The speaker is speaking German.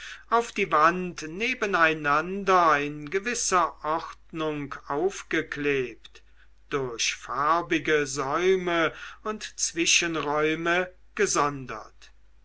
auf die wand nebeneinander in gewisser ordnung aufgeklebt durch farbige säume und zwischenräume gesondert